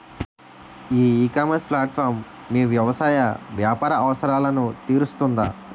ఈ ecommerce platform మీ వ్యవసాయ వ్యాపార అవసరాలను తీరుస్తుందా?